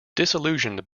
disillusioned